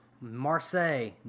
Marseille